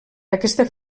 aquesta